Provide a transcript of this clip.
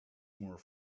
more